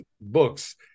Books